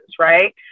right